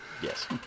Yes